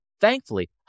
Thankfully